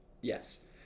Yes